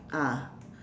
ah